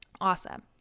Awesome